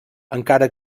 encara